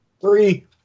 Three